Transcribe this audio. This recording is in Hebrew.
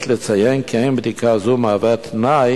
יש לציין כי בדיקה זו אינה מהווה תנאי